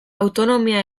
autonomia